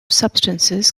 substances